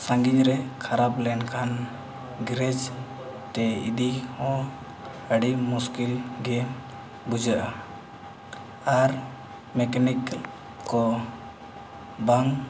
ᱥᱟᱺᱜᱤᱧ ᱨᱮ ᱠᱷᱟᱨᱟᱯ ᱞᱮᱱᱠᱷᱟᱱ ᱨᱮ ᱤᱫᱤᱦᱚᱸ ᱟᱹᱰᱤ ᱢᱩᱥᱠᱤᱞ ᱜᱮ ᱵᱩᱡᱷᱟᱹᱜᱼᱟ ᱟᱨ ᱠᱚ ᱵᱟᱝ